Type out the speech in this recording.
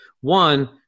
One